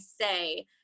say